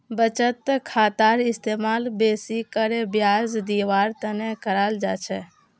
बचत खातार इस्तेमाल बेसि करे ब्याज दीवार तने कराल जा छे